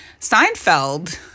Seinfeld